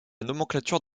nomenclature